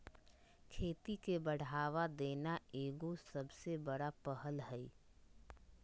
खेती के बढ़ावा देना एगो सबसे बड़ा पहल हइ